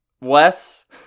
Wes